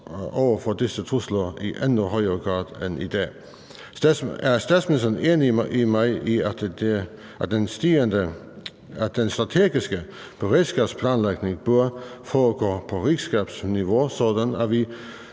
over for disse trusler i endnu højere grad end i dag. Er statsministeren enig med mig i, at den strategiske beredskabsplanlægning bør foregå på rigsfællesskabsniveau, sådan at vi